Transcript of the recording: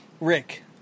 Rick